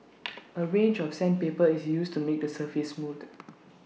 A range of sandpaper is used to make the surface